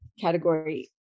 category